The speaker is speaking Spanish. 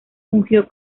fungió